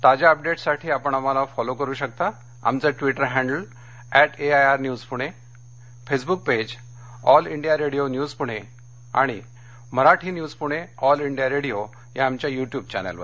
ताज्या अपडेट्ससाठी आपण आम्हाला फॉलो करु शकता आमचं Twitter handle at AIR news Pune Facebook page All India Radio news Pune आणि Marathi news Pune All India Radio या आमच्या युट्युब चॅनेलवर